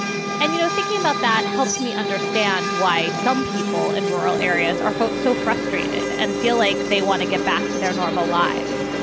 and, you know, thinking about that helps me understand why some people in rural areas are so so frustrated and feel like they want to get back to their normal lives.